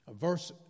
verse